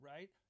Right